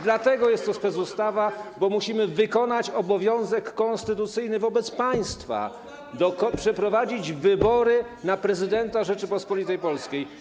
Dlatego jest to specustawa, bo musimy wykonać obowiązek konstytucyjny wobec państwa, przeprowadzić wybory na prezydenta Rzeczypospolitej Polskiej.